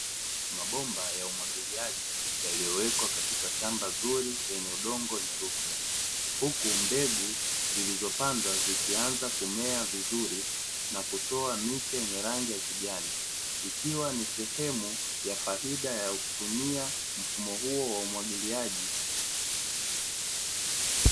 Mabomba ya umwagiliaji yaliyowekwa katika shamba zuri lenye udongo wenye rutuba, huku mbegu zilizopandwa zikianza kumea vizuri na kutoa miche yenye rangi ya kijani ikiwa ni sehemu ya faida ya kutumia mfumo huo wa umwagiliaji.